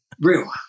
real